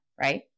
Right